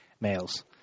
males